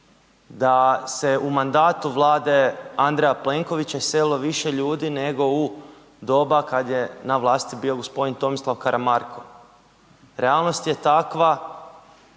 da se u mandatu Vlade Andreja Plenkovića iselilo više ljudi nego u doba kada je na vlasti bio gospodin Tomislav Karamarko. Realnost je takva